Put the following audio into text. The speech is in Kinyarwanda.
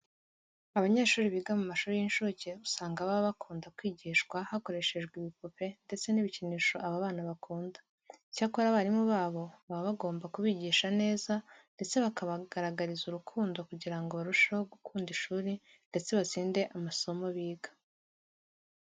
Abanyeshuri biga mu mashuri y'incuke usanga baba bakunda kwigishwa hakoreshejwe ibipupe ndetse n'ibikinisho aba bana bakunda. Icyakora abarimu babo baba bagomba kubigisha neza ndetse bakabagaragariza urukundo kugira ngo barusheho gukunda ishuri ndetse batsinde amasomo biga.